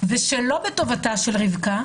ושלא בטובתה של רבקה,